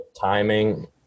timing